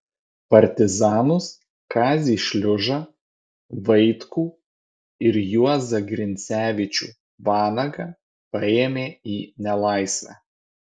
partizanus kazį šliužą vaitkų ir juozą grincevičių vanagą paėmė į nelaisvę